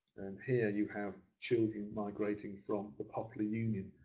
here you have children migrating from the poplar union.